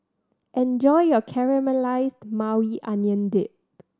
enjoy your Caramelized Maui Onion Dip